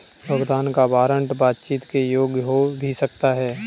भुगतान का वारंट बातचीत के योग्य हो भी सकता है